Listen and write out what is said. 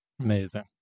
amazing